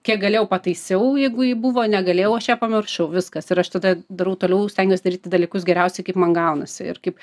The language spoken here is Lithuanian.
kiek galėjau pataisiau jeigu ji buvo negalėjau aš ją pamiršau viskas ir aš tada darau toliau stengiuos daryti dalykus geriausiai kaip man gaunasi ir kaip